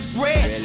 red